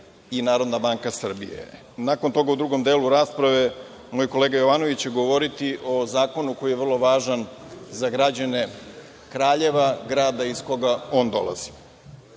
i Narodna banka Srbije. Nakon toga, u drugom delu rasprave, moj kolega Jovanović će govoriti o zakonu koji je vrlo važan za građane Kraljeva, grada iz koga on dolazi. Prvo